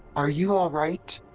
are you all right?